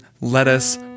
lettuce